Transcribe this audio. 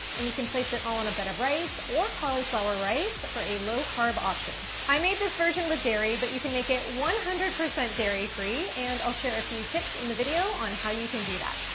and you can place it all on a bed of rice or cauliflower rice for a low-carb option. i made this version with dairy, but you can make it one hundred percent dairy-free and i'll share a few tips in the video on how you can do that.